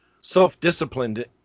self-disciplined